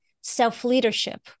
self-leadership